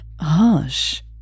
Hush